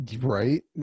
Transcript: Right